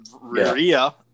Rhea